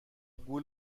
گول